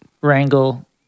wrangle